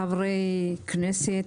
חברי כנסת,